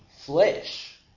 flesh